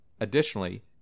Additionally